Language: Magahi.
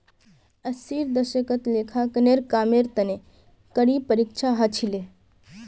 अस्सीर दशकत लेखांकनेर कामेर तने कड़ी परीक्षा ह छिले